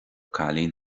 cailín